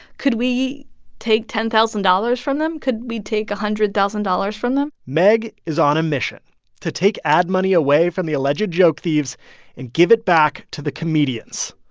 could we take ten thousand dollars from them? could we take one hundred thousand dollars from them? megh is on a mission to take ad money away from the alleged joke thieves and give it back to the comedians,